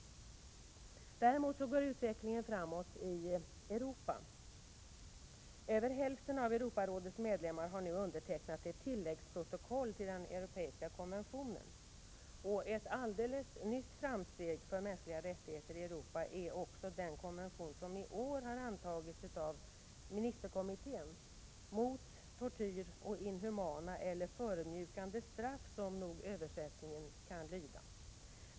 Däremot går utvecklingen framåt i Europa. Över hälften av Europarådets medlemmar har undertecknat ett tilläggsprotokoll till den europeiska konventionen. Ett alldeles nytt framsteg för mänskliga rättigheter i Europa är också den konvention som i år har antagits av Ministerkommittén — mot tortyr och inhumana eller förödmjukande straff, som översättningen kan lyda.